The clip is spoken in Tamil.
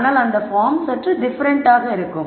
ஆனால் அந்த பார்ம் சற்று டிஃபரெண்டாக இருக்கும்